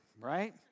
right